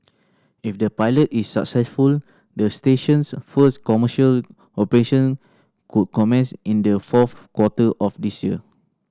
if the pilot is successful the station's first commercial operation could commence in the fourth quarter of this year